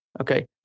Okay